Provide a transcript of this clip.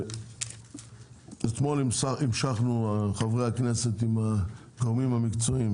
אתמול המשכנו חברי הכנסת עם הגורמים המקצועיים,